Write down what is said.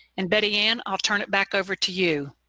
and betty-ann, i'll turn it back over to you.